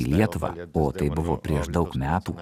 į lietuvą o tai buvo prieš daug metų